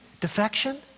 defection